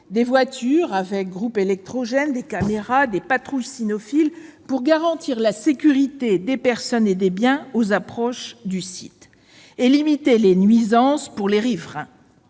voitures avec groupe électrogène, caméras, patrouilles cynophiles ... -pour garantir la sécurité des personnes et des biens aux alentours du site, limiter les nuisances pour les riverains